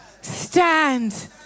Stand